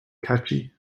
catchy